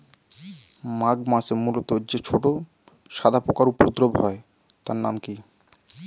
মাঘ মাসে মূলোতে যে ছোট সাদা পোকার উপদ্রব হয় তার নাম কি?